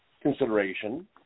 consideration